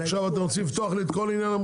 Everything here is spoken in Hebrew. עכשיו אתה רוצה לפתוח לי את כל עניין המוסכים.